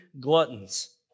gluttons